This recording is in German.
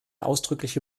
ausdrückliche